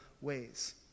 ways